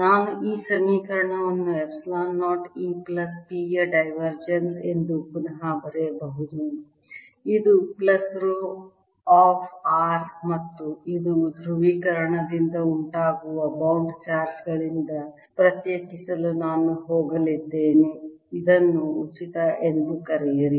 ನಾನು ಈ ಸಮೀಕರಣವನ್ನು ಎಪ್ಸಿಲಾನ್ 0 E ಪ್ಲಸ್ P ಯ ಡೈವರ್ಜೆನ್ಸ್ ಎಂದು ಪುನಃ ಬರೆಯಬಹುದು ಇದು ಪ್ಲಸ್ ರೋ ಆಫ್ r ಮತ್ತು ಇದು ಧ್ರುವೀಕರಣದಿಂದ ಉಂಟಾಗುವ ಬೌಂಡ್ ಚಾರ್ಜ್ ಗಳಿಂದ ಪ್ರತ್ಯೇಕಿಸಲು ನಾನು ಹೋಗಲಿದ್ದೇನೆ ಇದನ್ನು ಉಚಿತ ಎಂದು ಕರೆಯಿರಿ